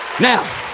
Now